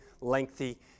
lengthy